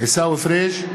בעד עמיר פרץ,